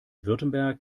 württemberg